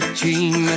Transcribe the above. dream